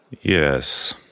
Yes